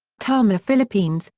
tamiya philippines,